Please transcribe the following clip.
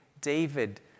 David